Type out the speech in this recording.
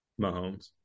Mahomes